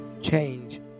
change